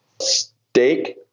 Steak